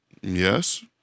yes